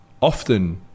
often